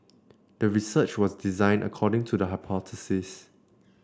the research was designed according to the hypothesis